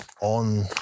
on